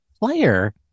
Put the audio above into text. player